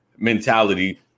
mentality